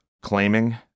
claiming